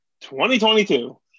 2022